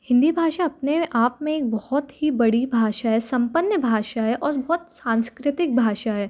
हिन्दी भाषा अपने आप में बहुत ही बड़ी भाषा है सम्पन्न भाषा है और बहुत सांस्कृतिक भाषा है